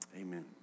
Amen